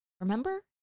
Remember